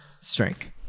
Strength